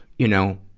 you know,